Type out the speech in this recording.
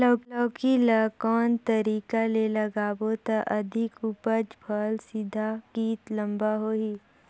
लौकी ल कौन तरीका ले लगाबो त अधिक उपज फल सीधा की लम्बा होही?